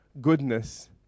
Goodness